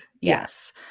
Yes